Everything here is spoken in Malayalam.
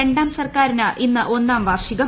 രണ്ടാം സർക്കാരിന് ഇന്ന് ഒന്നാം വാർഷികം